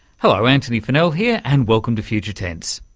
hello, antony funnell here, and welcome to future tense.